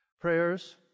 prayers